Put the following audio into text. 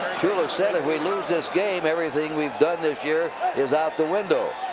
shula said, if we lose this game, everything we've done this year is out the window.